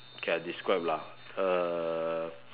okay I describe lah